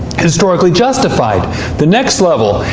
historically justified the next level.